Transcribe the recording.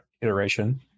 iteration